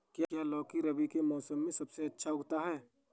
क्या लौकी रबी के मौसम में सबसे अच्छा उगता है?